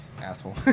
Asshole